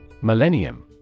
Millennium